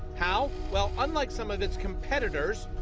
how? well, unlike some of its competitors,